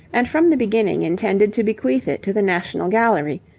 and from the beginning intended to bequeath it to the national gallery,